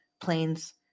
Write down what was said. planes